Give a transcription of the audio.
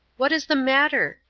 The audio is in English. what is the matter?